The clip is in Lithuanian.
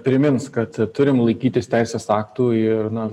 primins kad turim laikytis teisės aktų ir na